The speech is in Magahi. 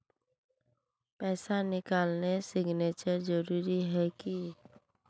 पैसा निकालने सिग्नेचर जरुरी है की?